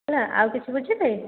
ହେଲା ଆଉ କିଛି ବୁଝିବେ